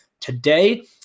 today